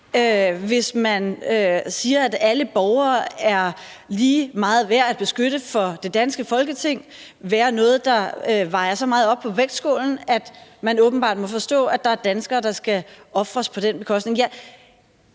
hvis man siger, at alle borgere er lige meget værd at beskytte for det danske Folketing, være noget, der vejer så meget i vægtskålen, at man åbenbart må forstå, at der er danskere, der skal ofres på den bekostning.